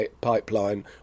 pipeline